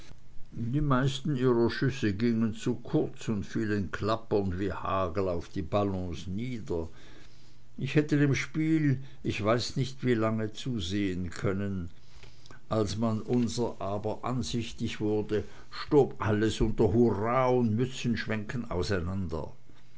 die meisten ihrer schüsse gingen zu kurz und fielen klappernd wie hagel auf die ballons nieder ich hätte dem spiel ich weiß nicht wie lange zusehn können als man unserer aber ansichtig wurde stob alles unter hurra und mützenschwenken auseinander